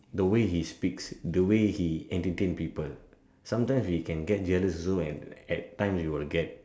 the way he speaks the way he entertain people sometime they can get jealous also and at time it will get